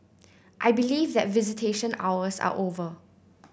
I believe that visitation hours are over